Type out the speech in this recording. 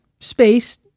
space